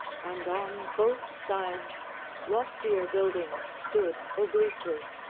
and on both sides loftier buildings stood obliquely.